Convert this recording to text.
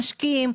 בקהילה.